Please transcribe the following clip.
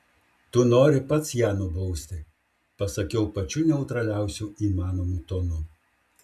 tu nori pats ją nubausti pasakiau pačiu neutraliausiu įmanomu tonu